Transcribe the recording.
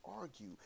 argue